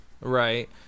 Right